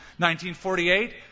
1948